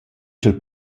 cha’l